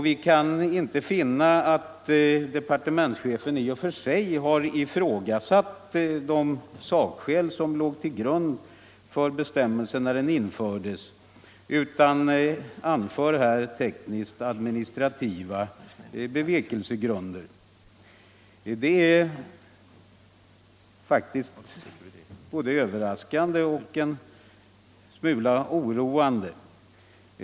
Vi kan inte finna att departementschefen i och för sig har ifrågasatt de sakskäl som låg till grund för bestämmelsen när den infördes, utan han anför endast tekniskt administrativa bevekelsegrunder. Det är faktiskt både överraskande och en smula oroande.